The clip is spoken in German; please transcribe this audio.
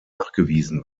nachgewiesen